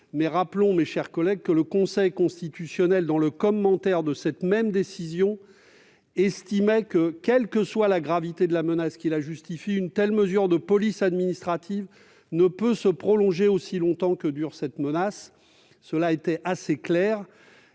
cependant, mes chers collègues, que le Conseil constitutionnel, dans le commentaire de cette même décision, a estimé que, quelle que soit la gravité de la menace qui la justifie, une telle mesure de police administrative ne peut se prolonger aussi longtemps que dure cette menace- c'était assez clair.